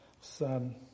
son